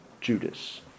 Judas